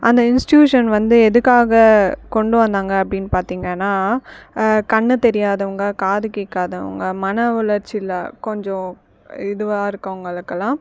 அந்த இன்ஸ்ட்யூஷன் வந்து எதுக்காக கொண்டு வந்தாங்க அப்படின்னு பார்த்தீங்கன்னா கண் தெரியாதவங்க காது கேட்காதவங்க மனவளர்ச்சியில் கொஞ்சம் இதுவாக இருக்கவங்களுக்கெல்லாம்